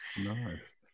Nice